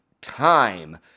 time